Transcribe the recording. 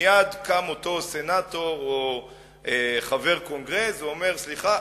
מייד קם אותו סנטור או חבר קונגרס ואומר: סליחה,